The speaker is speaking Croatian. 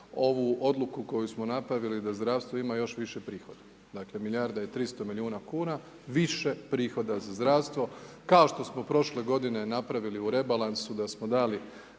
ovu odluku koji smo napravili da zdravstvo ima još više prihoda. Dakle milijarda i 300 milijuna kn, više prihoda za zdravstvo, kao što smo prošle g. napravili u rebalansu, da smo dali